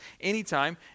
anytime